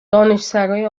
دانشسرای